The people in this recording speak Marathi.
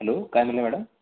हॅलो काय म्हटलं आहे मॅडम